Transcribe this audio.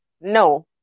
No